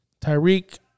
Tyreek